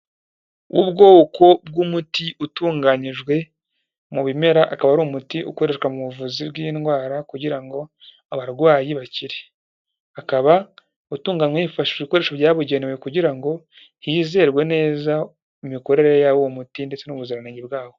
Ubwoko bw'umuti utunganyijwe mu bimera akaba ari umuti ukoreshwa mu buvuzi bw'indwara kugira ngo abarwayi bakire, akaba utunganywa hifashijwe ibikoresho byabugenewe kugira ngo hizerwe neza mu mikorere y'uwo muti ndetse n'ubuziranenge bwawo.